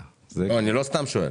אני לא סתם שואל.